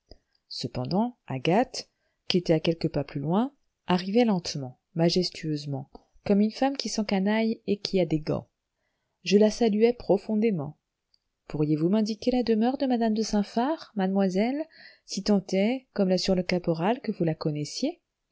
cependant agathe qui était à quelques pas plus loin arrivait lentement majestueusement comme une femme qui s'encanaille et qui a des gants je la saluai profondément pourriez-vous m'indiquer la demeure de madame de saint phar mademoiselle si tant est comme l'assure le caporal que vous la connaissiez